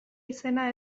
izena